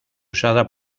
usada